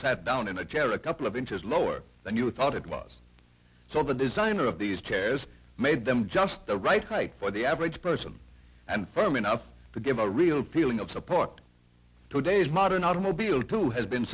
sat down in a chair a couple of inches lower than you thought it was so the designer of these chairs made them just the right height for the average person and firm enough to give a real feeling of support today is my an automobile too has been